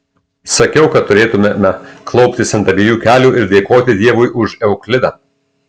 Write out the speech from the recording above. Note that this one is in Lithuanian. sakiau kad turėtumėme klauptis ant abiejų kelių ir dėkoti dievui už euklidą